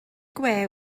gwe